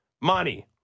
money